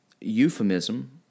euphemism